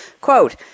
quote